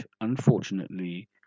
unfortunately